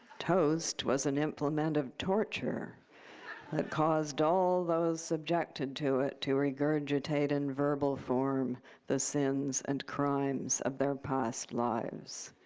toast was an implement of torture that caused all those subjected to it to regurgitate in verbal form the sins and crimes of their past lives.